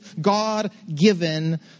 God-given